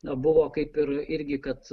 buvo kaip ir irgi kad